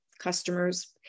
customers